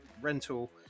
rental